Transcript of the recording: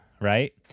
right